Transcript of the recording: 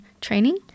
training